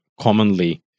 commonly